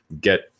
get